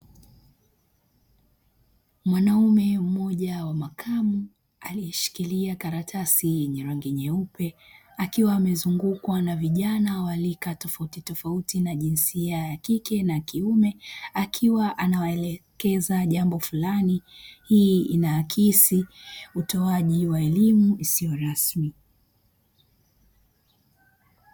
Mwanaume mmoja wa makamu aliyeshikiria karatasi yenye rangi nyeupe akiwa amezungukwa na vijana wa lika tofautitofauti na jinsia ya kike na kiume akiwa anawaelekeza jambo fulani. Hii inahakisi utowaji wa elimu isiyo rasmi.